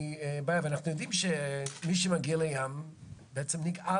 ואנחנו יודעים שמי שמגיע לים בעצם נגעל